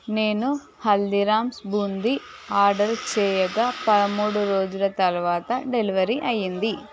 నేను హల్దీరామ్స్ బూందీ ఆర్డరు చేయగా పదమూడు రోజుల తరువాత డెలివరీ అయ్యింది